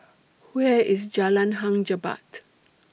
Where IS Jalan Hang Jebat